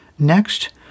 Next